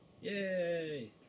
Yay